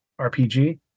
RPG